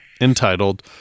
entitled